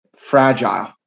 Fragile